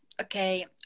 okay